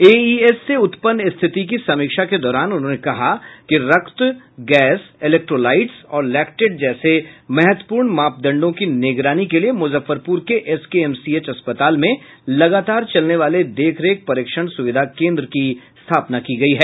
AES से उत्पन्न स्थिति की समीक्षा के दौरान उन्होंने कहा कि रक्त गैस इलेक्ट्रोलाइट्स और लैक्टेट जैसे महत्वपूर्ण मापदंडों की निगरानी के लिए मुजफ्फरपुर के एसकेएमसीएच अस्पताल में लगातार चलने वाले देखरेख परीक्षण सुविधा केन्द्र की स्थापना की गयी है